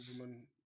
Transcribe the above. woman